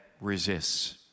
resists